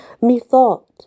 Methought